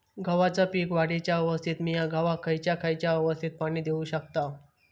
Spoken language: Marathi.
गव्हाच्या पीक वाढीच्या अवस्थेत मिया गव्हाक खैयचा खैयचा अवस्थेत पाणी देउक शकताव?